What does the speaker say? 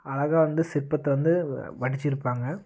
அழகா வந்து சிற்பத்தை வந்து வடிச்சுருப்பாங்க